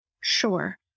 sure